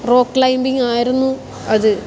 rock climbing ആയിരുന്നു അത്